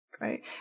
right